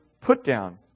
put-down